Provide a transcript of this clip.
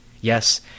Yes